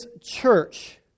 church